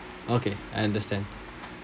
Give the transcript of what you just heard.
okay I understand